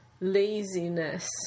laziness